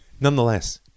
Nonetheless